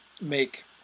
make